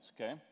okay